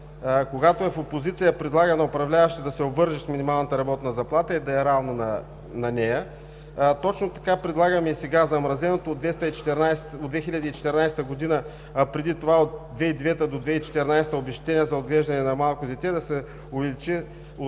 Когато е в опозиция, предлага на управляващите да се обвърже с минималната работна заплата и да е равно на нея. Точно така предлагаме и сега: замразеното от 2014 г., а преди това от 2009 до 2014 г. обезщетение за отглеждане на малко дете да се увеличи